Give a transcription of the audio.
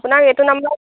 আপোনাক এইটো নাম্বাৰ